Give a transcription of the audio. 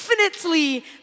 infinitely